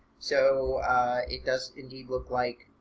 so it does indeed look like